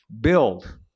build